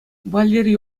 валерий